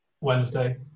Wednesday